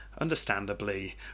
understandably